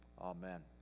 Amen